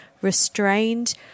restrained